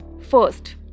First